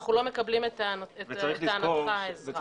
אנו לא מקבלים את טענתך, האזרח.